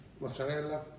mozzarella